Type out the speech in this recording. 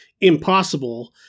impossible